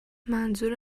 منظور